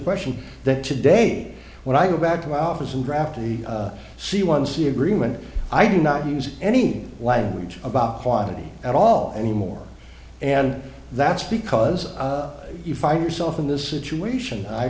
question that today when i go back to our office and draft the c one c agreement i do not use any language about quality at all anymore and that's because you find yourself in this situation i